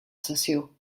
sessió